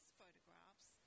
photographs